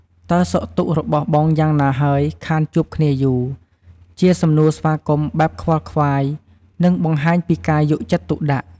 តើសុខទុក្ខរបស់បងយ៉ាងណាហើយ ខានជួបគ្នាយូរ? ជាសំណួរស្វាគមន៍បែបខ្វល់ខ្វាយ និង បង្ហាញពីការយកចិត្តទុកដាក់។